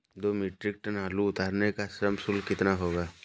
दो metric ton आलू उतारने का श्रम शुल्क कितना होगा?